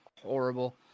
horrible